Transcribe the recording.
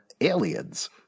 Aliens